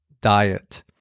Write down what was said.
diet